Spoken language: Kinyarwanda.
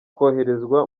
koherezwa